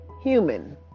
human